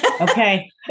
Okay